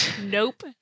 Nope